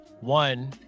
One